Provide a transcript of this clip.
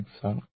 6 ആണ്